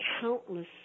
countless